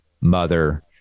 mother